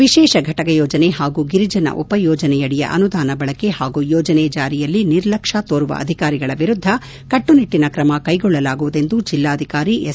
ವಿಶೇಷ ಫಟಕ ಯೋಜನೆ ಹಾಗೂ ಗಿರಿಜನ ಉಪಯೋಜನೆಯಡಿಯ ಅನುದಾನ ಬಳಕೆ ಹಾಗೂ ಯೋಜನೆ ಜಾರಿಯಲ್ಲಿ ನಿರ್ಲಕ್ಷ್ಮ ತೋರುವ ಅಧಿಕಾರಿಗಳ ವಿರುದ್ಧ ಕಟ್ಟುನಿಟ್ಟನ ತ್ರಮ ಕೈಗೊಳ್ಳಲಾಗುವುದೆಂದು ಜಿಲ್ಲಾಧಿಕಾರಿ ಎಸ್